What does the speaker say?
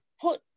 put